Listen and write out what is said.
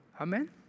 Amen